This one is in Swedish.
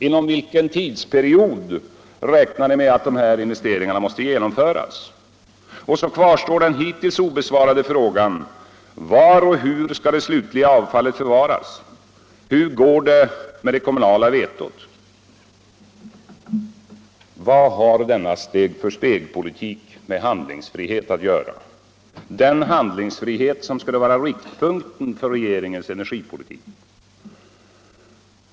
Inom vilken tidsperiod räknar ni med att de här investeringarna måste genomföras? Och så kvarstår den hittills obesvarade frågan: Var och hur skall det slutliga avfallet förvaras? Hur går det med det kommunala vetot? Vad har denna steg-för-steg-politik med handligsfrihet att göra — den handlingsfrihet som skulle vara riktpunkten för regeringens energipolitik?